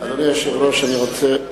אדוני היושב-ראש, אני רוצה,